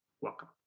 welcome